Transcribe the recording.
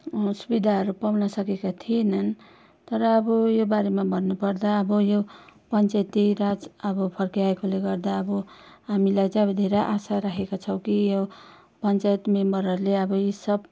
सुविधाहरू पाउन सकेका थिएनन् तर अब योबारेमा भन्नुपर्दा अब यो पञ्चायती राज अब फर्किआएकोले गर्दा अब हामीलाई चाहिँ अब धेरै आशा राखेका छौँ कि यो पञ्चायत मेम्बरहरूले अब यी सब